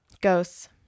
ghosts